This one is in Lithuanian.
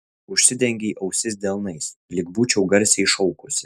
užsidengei ausis delnais lyg būčiau garsiai šaukusi